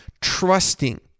trusting